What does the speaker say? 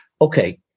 okay